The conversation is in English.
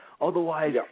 Otherwise